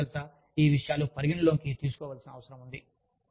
కాబట్టి మీకు తెలుసా ఈ విషయాలు పరిగణనలోకి తీసుకోవలసిన అవసరం ఉంది